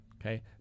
okay